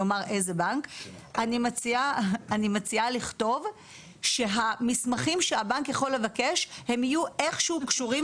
אני מציעה לכתוב שהמסמכים שהבנק יכול לבקש הם יהיו קשורים